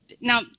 Now